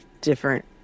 different